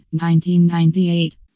1998